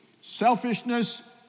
Selfishness